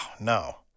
no